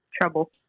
trouble